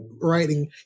writing